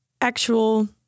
actual